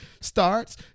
starts